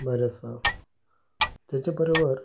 बरें आसा तेचे बरोबर